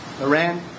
Iran